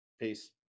Peace